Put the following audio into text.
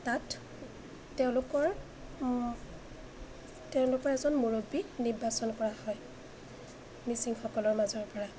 তাত তেওঁলোকৰ তেওঁলোকৰ এজন মুৰব্বী নিৰ্বাচন কৰা হয় মিচিংসকলৰ মাজৰপৰা